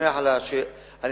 תדון בתוכנית.